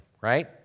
right